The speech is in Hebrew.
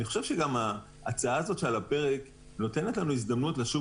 אני חושב שההצעה הזאת שעל הפרק נותנת לנו הזדמנות לשוב